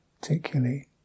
particularly